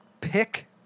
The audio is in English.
pick